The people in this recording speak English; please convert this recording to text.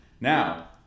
Now